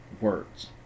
words